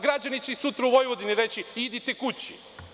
Građani će i sutra u Vojvodini reći – idite kući.